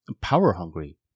power-hungry